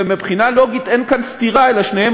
ומבחינה לוגית אין כאן סתירה אלא שניהם